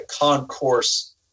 concourse